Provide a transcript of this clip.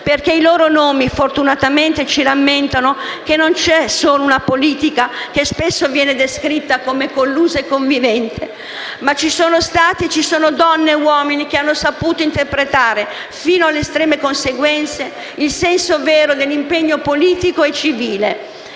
perché fortunatamente ci rammentano che non c'è solo una politica che spesso viene descritta come collusa e connivente, ma che ci sono stati e ci sono donne e uomini che sanno interpretare, fino alle estreme conseguenze, il senso vero dell'impegno politico e civile.